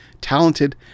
talented